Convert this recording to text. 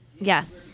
Yes